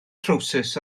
trowsus